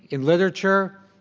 in literature,